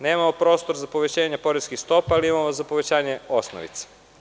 Nemamo prostor za povećanje poreskih stopa ali imamo za povećanje osnovice.